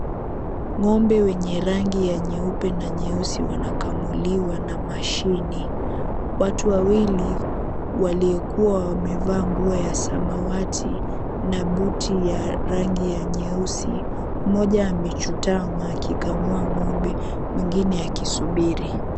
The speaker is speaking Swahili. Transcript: Ng'ombe wenye rangi ya nyeupe na nyeusi wanakamuliwa na mashini. Watu wawili waliokua wamevaa nguo ya samawati na buti ya rangi ya nyeusi, mmoja amechutama akikamua ng'ombe mwengine akisubiri.